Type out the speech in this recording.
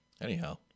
Anyhow